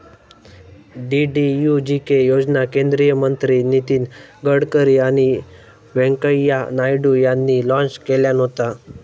DDUGK योजना केंद्रीय मंत्री नितीन गडकरी आणि व्यंकय्या नायडू यांनी लॉन्च केल्यान होता